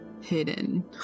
hidden